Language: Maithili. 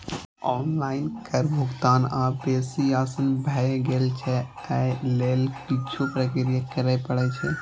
आनलाइन कर भुगतान आब बेसी आसान भए गेल छै, अय लेल किछु प्रक्रिया करय पड़ै छै